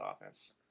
offense